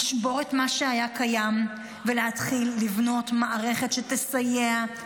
לשבור את מה שהיה קיים ולהתחיל לבנות מערכת שתסייע,